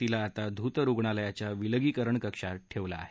तिला आता धूत रूग्णालयाच्या विलगीकरण कक्षात ठेवण्यात आलं आहे